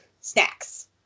snacks